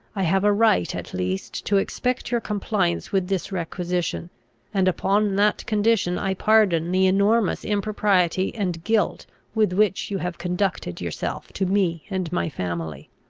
i have a right at least to expect your compliance with this requisition and, upon that condition, i pardon the enormous impropriety and guilt with which you have conducted yourself to me and my family.